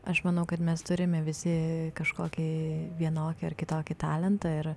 aš manau kad mes turime visi kažkokį vienokį ar kitokį talentą yra